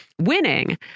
winning